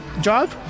job